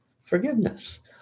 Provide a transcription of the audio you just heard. Forgiveness